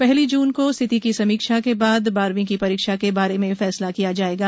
पहली जून को स्थिति की समीक्षा के बाद बारहवीं की परीक्षा के बारे में फैसला किया जायेगा